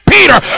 Peter